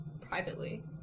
privately